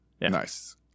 Nice